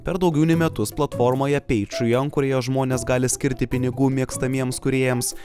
per daugiau nei metus platformoje patreon kurioje žmonės gali skirti pinigų mėgstamiems kūrėjams